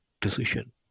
decision